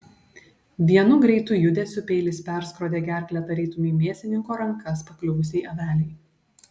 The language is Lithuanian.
vienu greitu judesiu peilis perskrodė gerklę tarytum į mėsininko rankas pakliuvusiai avelei